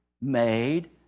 made